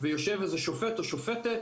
ויושב איזה שופט או שופטת